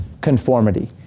conformity